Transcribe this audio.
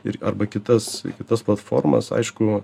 ir arba kitas kitas platformas aišku